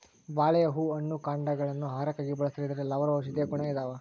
ಬಾಳೆಯ ಹೂ ಹಣ್ಣು ಕಾಂಡಗ ಳನ್ನು ಆಹಾರಕ್ಕಾಗಿ ಬಳಸ್ತಾರ ಇದರಲ್ಲಿ ಹಲವಾರು ಔಷದಿಯ ಗುಣ ಇದಾವ